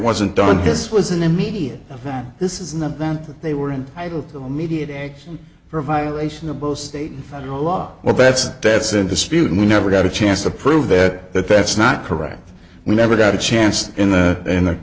wasn't done this was an immediate that this is not that that they were and i took the immediate action for a violation of both state and federal law well that's that's in dispute and we never got a chance to prove that that that's not correct we never got a chance in the in